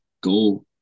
go